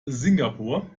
singapur